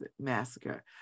massacre